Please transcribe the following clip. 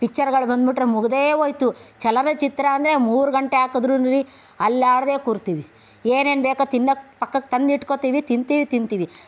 ಪಿಕ್ಚರ್ಗಳು ಬಂದ್ಬಿಟ್ರೆ ಮುಗಿದೇ ಹೋಯಿತು ಚಲನಚಿತ್ರ ಅಂದರೆ ಮೂರು ಗಂಟೆ ಹಾಕಿದ್ರೂವೆ ಅಲ್ಲಾಡದೇ ಕೂರ್ತೀವಿ ಏನೇನು ಬೇಕೋ ತಿನ್ನೋಕೆ ಪಕ್ಕಕ್ಕೆ ತಂದಿಟ್ಕೋತೀವಿ ತಿಂತೀವಿ ತಿಂತೀವಿ